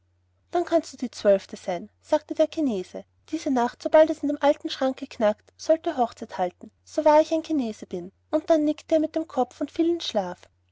dann kannst du die zwölfte sein sagte der chinese diese nacht sobald es in dem alten schranke knackt sollt ihr hochzeit halten so wahr ich ein chinese bin und dann nickte er mit dem kopf und fiel in schlaf